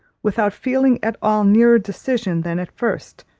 without feeling at all nearer decision than at first,